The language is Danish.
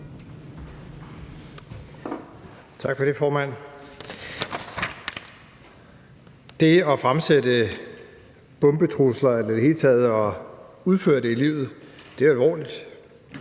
Tak for det, formand. Det at fremsætte bombetrusler og i det hele taget at